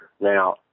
Now